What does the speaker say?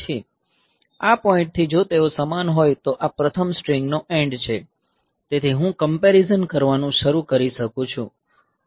આ પોઈન્ટથી જો તેઓ સમાન હોય તો આ પ્રથમ સ્ટ્રીંગનો એન્ડ છે તેથી હું કમ્પેરીઝન કરવાનું શરૂ કરી શકું છું